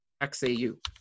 XAU